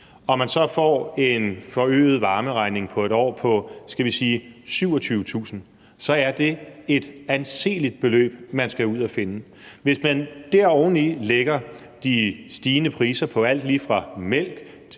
og man så får en forøget varmeregning på et år på, skal vi sige 27.000 kr., er det et anseligt beløb, man skal ud at finde? Hvis man deroveni lægger de stigende priser på alt lige fra mælk til